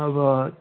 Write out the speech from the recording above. अब